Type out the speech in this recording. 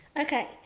okay